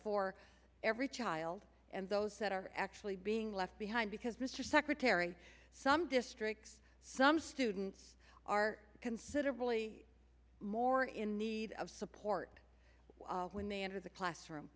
for every child and those that are actually being left behind because mr secretary some districts some students are considerably more in need of support when they enter the